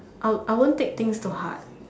I I won't take things too hard